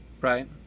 right